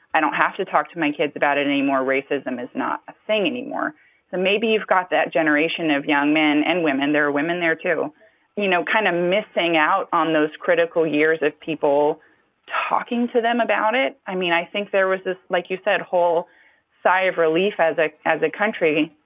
i don't have to talk to my kids about it anymore. racism is not a thing anymore. so maybe you've got that generation of young men and women, there are women there, too you know, kind of missing out on those critical years of people talking to them about it. i mean, i think there was this, like you said, whole sigh of relief as ah as a country.